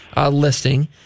listing